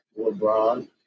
LeBron